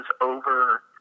over